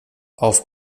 auf